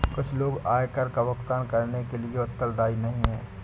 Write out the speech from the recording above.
कुछ लोग आयकर का भुगतान करने के लिए उत्तरदायी नहीं हैं